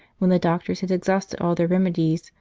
when the doctors had exhausted all their remedies